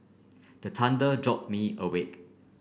the thunder jolt me awake